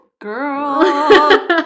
Girl